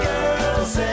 Girls